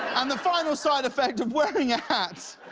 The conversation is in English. and the final side effect of wearing a hat